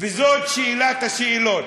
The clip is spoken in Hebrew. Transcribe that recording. וזאת שאלת השאלות.